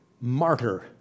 martyr